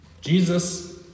Jesus